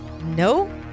No